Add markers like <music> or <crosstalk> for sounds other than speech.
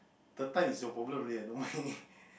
third time is your problem already not mine <laughs>